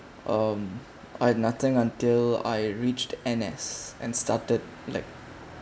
um I had nothing until I reached N_S and started like